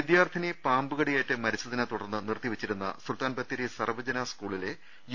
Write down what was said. വിദ്യാർത്ഥിനി പാമ്പുകടിയേറ്റ് മരിച്ചതിനെത്തുടർന്ന് നിർത്തിവെച്ചിരുന്ന സുൽത്താൻ ബത്തേരി സർവ്വജന സ്കൂളിലെ യു